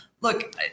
look